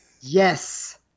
Yes